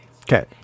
Okay